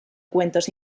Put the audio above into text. cuentos